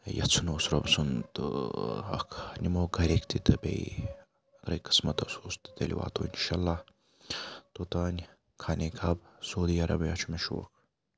یَژھُن اوس رۄبہٕ سُنٛد تہٕ اَکھ نِمو گَرِکۍ تہِ تہٕ بیٚیہِ اگرَے قٕسمَتَس اوس تہٕ تہِ تیٚلہِ واتو اِنشاء اللہ توٚتام خانے کعب سعودی عربیہِ چھُ مےٚ شوق